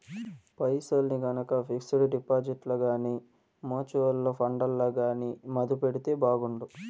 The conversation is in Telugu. పైసల్ని గనక పిక్సుడు డిపాజిట్లల్ల గానీ, మూచువల్లు ఫండ్లల్ల గానీ మదుపెడితే బాగుండు